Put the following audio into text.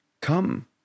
come